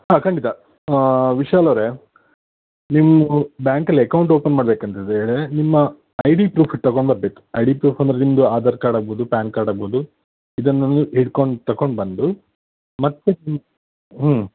ಹಾಂ ಖಂಡಿತ ವಿಶಾಲ್ ಅವರೆ ನೀವು ಬ್ಯಾಂಕಲ್ಲಿ ಅಕೌಂಟ್ ಓಪನ್ ಮಾಡ್ಬೇಕಂತೇಳಿದ್ರೆ ನಿಮ್ಮ ಐ ಡಿ ಪ್ರೂಫ್ ತಗೊಂಬರ್ಬೇಕು ಐ ಡಿ ಪ್ರೂಫ್ ಅಂದರೆ ನಿಮ್ಮದು ಆಧಾರ್ ಕಾರ್ಡ್ ಆಗಬಹುದು ಪ್ಯಾನ್ ಕಾರ್ಡ್ ಆಗಬಹುದು ಇದನ್ನೆಲ್ಲ ಹಿಡ್ಕೊಂಡು ತಕೊಂಡು ಬಂದು ಮತ್ತೆ